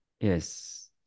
Yes